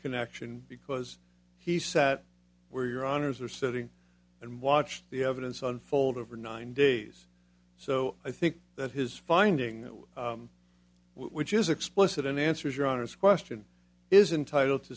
connection because he sat where your honour's are sitting and watched the evidence unfold over nine days so i think that his finding that which is explicit in answers your honour's question is entitle to